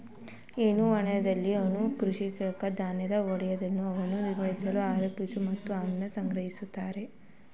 ಹೈನುದಾಣಗಳಲ್ಲಿ ಹೈನು ಕೃಷಿಕರು ದನಗಳ ಒಡೆಯರಾಗಿ ಅವನ್ನು ನಿರ್ವಹಿಸಿ ಆರೈಕೆ ಮಾಡಿ ಹಾಲನ್ನು ಸಂಗ್ರಹಿಸ್ತಾರೆ